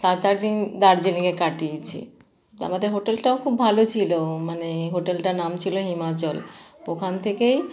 সাত আট দিন দার্জিলিংয়ে কাটিয়েছি তা আমাদের হোটেলটাও খুব ভালো ছিলো মানে হোটেলটার নাম ছিলো হিমাচল ওখান থেকেই